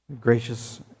Gracious